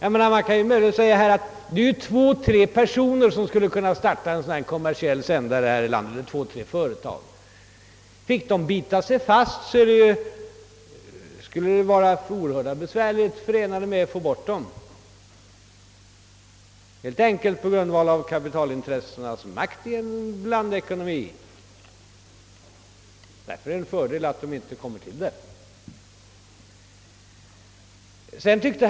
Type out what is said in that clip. Det är möjligen två å tre företag som skulle kunna starta en kommersiell sändare i vårt land. Fick dessa bita sig fast skulle det vara oerhörda besvärligheter förenade med att få bort dem helt enkelt på grund av kapitalintressenas makt i en blandekonomi. Därför är det en fördel att inte komma i ett sådant läge.